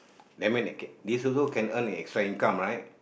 and its also can earn extra income right